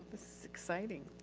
exciting.